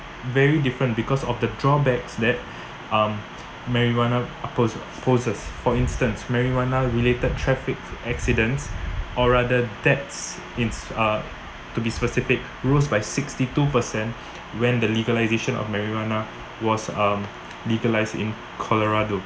very different because of the drawbacks that um marijuana pose poses for instance marijuana-related traffic accidents or rather deaths ins~ uh to be specific rose by sixty-two percent when the legalisation of marijuana was legalised in colorado